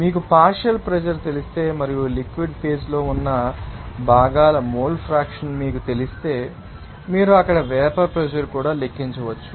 మీకు partial pressure తెలిస్తే మరియు లిక్విడ్ ఫేజ్ లో ఉన్న భాగాల మోల్ ఫ్రాక్షన్ మీకు తెలిస్తే మీరు అక్కడ వేపర్ ప్రెషర్ కూడా లెక్కించవచ్చు